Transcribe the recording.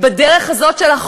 בטח עם מדינה